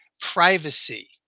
privacy